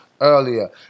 earlier